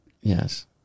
Yes